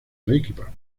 arequipa